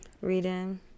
reading